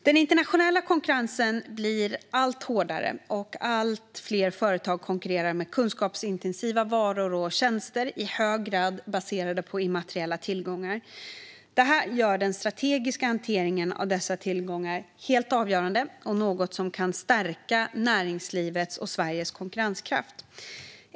Den internationella konkurrensen blir allt hårdare, och allt fler företag konkurrerar med kunskapsintensiva varor och tjänster i hög grad baserade på immateriella tillgångar. Detta gör den strategiska hanteringen av dessa tillgångar helt avgörande och till något som kan stärka näringslivets och Sveriges konkurrenskraft.